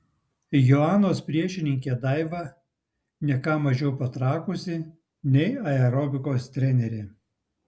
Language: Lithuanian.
joanos priešininkė daiva ne ką mažiau patrakusi nei aerobikos trenerė